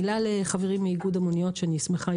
מילה לחברי מאיגוד המוניות שאני שמחה,